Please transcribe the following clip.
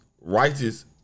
righteous